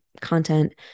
content